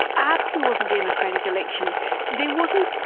after there was a democratic election there wasn't,